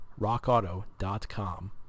rockauto.com